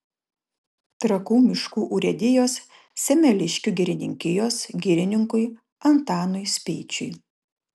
trakų miškų urėdijos semeliškių girininkijos girininkui antanui speičiui